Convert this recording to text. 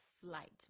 flight